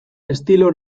estilo